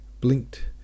blinked